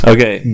Okay